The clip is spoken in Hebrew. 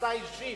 אתה אישית,